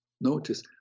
Notice